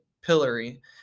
pillory